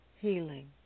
healing